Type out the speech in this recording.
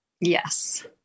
Yes